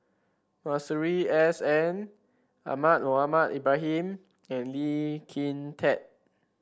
Masuri S N Ahmad Mohamed Ibrahim and Lee Kin Tat